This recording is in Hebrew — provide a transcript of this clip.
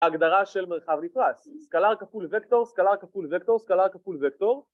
הגדרה של מרחב נפרס, סקלר כפול וקטור, סקלר כפול וקטור, סקלר כפול וקטור